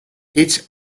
each